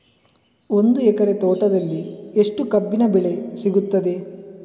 ಒಂದು ಎಕರೆ ತೋಟದಲ್ಲಿ ಎಷ್ಟು ಕಬ್ಬಿನ ಬೆಳೆ ಸಿಗುತ್ತದೆ?